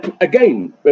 Again